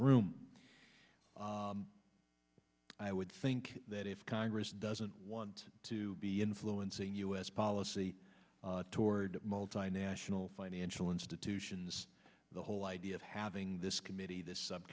room i would think that if congress doesn't want to be influencing u s policy toward multinational financial institutions the whole idea of having this committee this